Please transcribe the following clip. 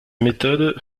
méthodes